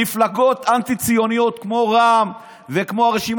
מפלגות אנטי-ציוניות כמו רע"מ וכמו הרשימה